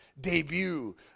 debut